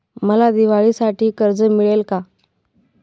मला दिवाळीसाठी कर्ज मिळेल का?